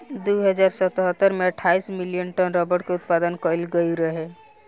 दू हज़ार सतरह में अठाईस मिलियन टन रबड़ के उत्पादन कईल गईल रहे